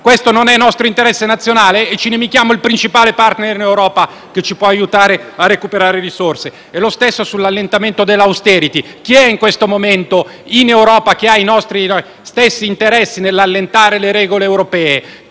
non si tratta di interesse nazionale? Ci inimichiamo il principale *partner* in Europa che ci può aiutare a recuperare risorse? E lo stesso vale per l'allentamento dell'*austerity*. Chi in questo momento in Europa ha i nostri stessi interessi nell'allentare le regole europee?